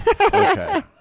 okay